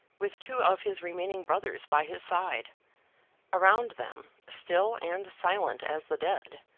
with two of his remaining brothers by his side around them, still and silent as the dead,